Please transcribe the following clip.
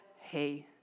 hey